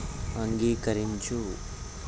అంగీకరించు